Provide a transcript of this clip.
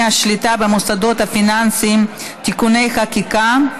השליטה במוסדות הפיננסיים (תיקוני חקיקה),